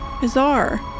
Bizarre